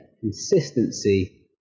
consistency